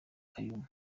kaymu